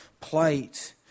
plight